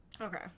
okay